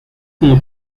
como